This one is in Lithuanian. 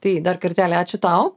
tai dar kartelį ačiū tau